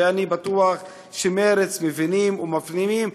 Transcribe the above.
ואני בטוח שמרצ מבינים ומפנימים,